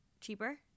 cheaper